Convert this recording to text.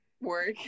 work